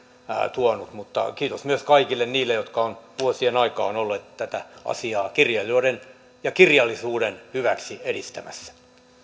tuonut mutta kiitos myös kaikille niille jotka ovat vuosien aikana olleet tätä asiaa kirjailijoiden ja kirjallisuuden hyväksi edistämässä